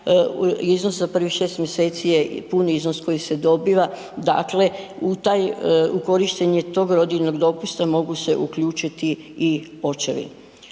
iznos za prvih 6 mjeseci je puni iznos koji se dobiva. Dakle, u taj u korištenje tog rodiljnog dopusta mogu se uključiti i očevi.